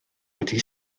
wedi